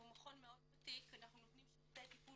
אנחנו מכון מאוד ותיק ואנחנו נותנים שירותי טיפול